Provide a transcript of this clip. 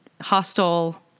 hostile